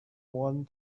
one